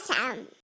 Awesome